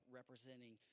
representing